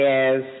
Yes